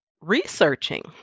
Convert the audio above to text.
researching